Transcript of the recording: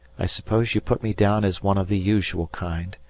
i suppose you put me down as one of the usual kind,